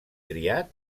triat